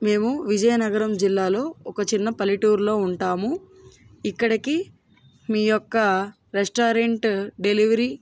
మేము విజయనగరం జిల్లాలో ఒక చిన్న పల్లెటూరులో ఉంటాము ఇక్కడికి మీ యొక్క రెస్టారెంట్ డెలివరీ